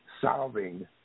solving